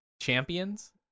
champions